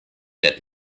that